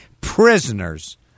prisoners